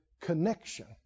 connection